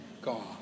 God